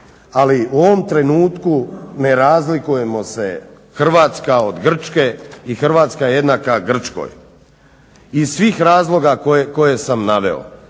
ali u ovom trenutku ne razlikujemo se Hrvatska od Grčke i Hrvatska je jednaka Grčkoj. Iz svih razloga koje sam naveo.